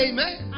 Amen